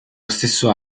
stesso